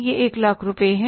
यह एक लाख रुपये है